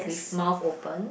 mouth open